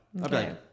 Okay